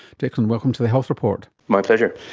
declan, welcome to the health report. my pleasure.